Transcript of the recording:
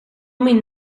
min